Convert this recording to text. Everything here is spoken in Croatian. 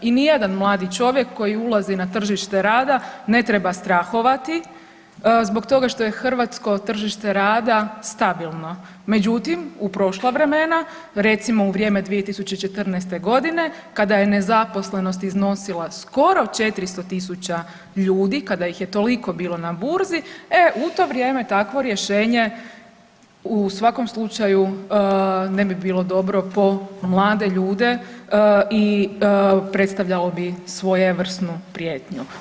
I nijedan mladi čovjek koji ulazi na tržište rada ne treba strahovati zbog toga što je hrvatsko tržište rada stabilno, međutim u prošla vremena recimo u vrijeme 2014.g. kada je nezaposlenost iznosila skoro 400.000 ljudi kada ih je toliko bilo na burzi, e u to vrijeme takvo rješenje u svakom slučaju ne bi bilo dobro po mlade ljude i predstavljalo bi svojevrsnu prijetnju.